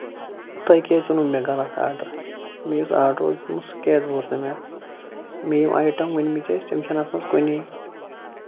تۄہہِ کیازِ اوٚنو مےٚ غلط آرڈر مےٚ یُس آرڈر اوس دیُتمُت سُہ کیازِ ووت نہٕ مےٚ مےٚ یِم آیٹم ؤنۍ مٕتۍ ٲسۍ تِم چھِ نہٕ اَتھ منٛز کُنہِ